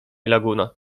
laguna